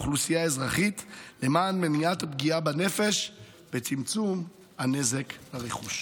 האוכלוסייה האזרחית למען מניעת פגיעה בנפש וצמצום הנזק לרכוש.